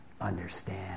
understand